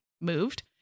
moved